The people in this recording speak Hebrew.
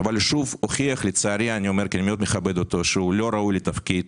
אבל שוב הוכיח לצערי כי אני מאוד מכבד אותו שהוא לא ראוי לתפקיד,